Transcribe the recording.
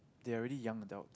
they are already young adult